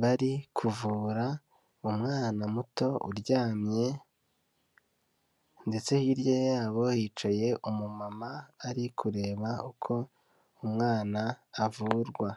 bari kuvura umwana muto uryamye, ndetse hirya yabo, yicaye umumama ari kureba uko umwana avurwa.